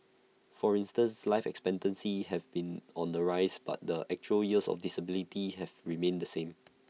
for instance life expectancy have been on the rise but the actual years of disability have remained the same